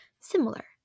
similar